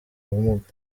ubumuga